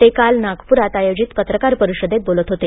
ते काल नागप्रात आयोजित पत्रकार परिषदेत बोलत होते